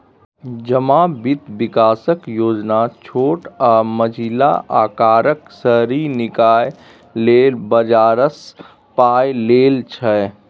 जमा बित्त बिकासक योजना छोट आ मँझिला अकारक शहरी निकाय लेल बजारसँ पाइ लेल छै